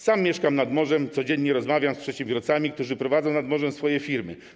Sam mieszkam nad morzem, codziennie rozmawiam z przedsiębiorcami, którzy prowadzą nad morzem swoje firmy.